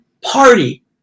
party